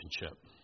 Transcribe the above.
relationship